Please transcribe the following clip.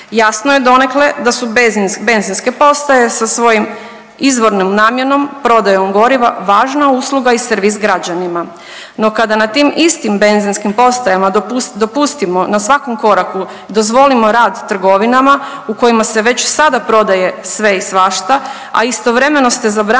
Jasno je donekle da su benzinske postaje sa svojom izvornom namjenom prodajom goriva važna usluga i servis građanima. No, kada na tim istim benzinskim postajama dopustimo na svakom koraku, dozvolimo rad trgovinama u kojima se već sad prodaje sve i svašta, a istovremeno ste zabranili